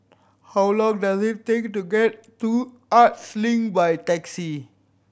how long does it take to get to Arts Link by taxi